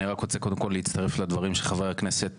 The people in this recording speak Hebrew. אני רק רוצה קודם כל להצטרף לדברים של חבר הכנסת